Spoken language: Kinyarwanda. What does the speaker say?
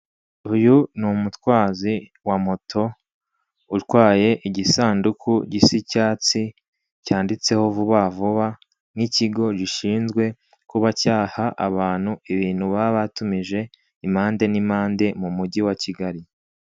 Uyu ni umutwazi wa moto utwaye igisanduku gisa icyatsi cyanditseho vuba vuba nk' ikigo gishinzwe kuba cyaha abantu ibintu baba batumije impande n' impande mu mugi wa Kigali.